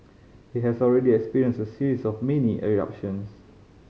it has already experienced a series of mini eruptions